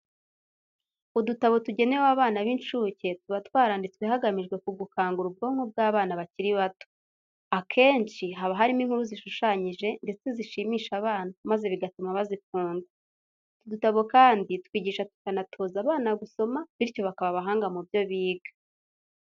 Udutabo tugenewe abana b'inshuke tuba twaranditswe hagamijwe ku gukangura ubwonko bw'abana bakiri bato. Akenshi, haba harimo inkuru zishushanyije ndetse zishimisha abana maze bigatuma bazikunda. Utu dutabo kandi twigisha tukanatoza abana gusoma bityo bakaba abahanga mu byo biga.